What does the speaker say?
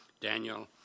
Daniel